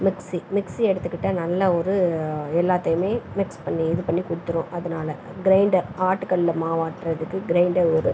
mixie மிக்ஸியை எடுத்துக்கிட்டால் நல்ல ஒரு எல்லாத்தையுமே மிக்ஸ் பண்ணி இது பண்ணி கொடுத்துரும் அதனால் கிரைண்டர் ஆட்டுக்கல் மாவாட்டுறதுக்கு கிரைண்டர் ஒரு